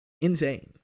insane